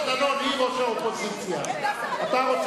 היא לא, חבר הכנסת דנון, היא ראש האופוזיציה.